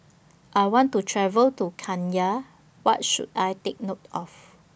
I want to travel to Kenya What should I Take note of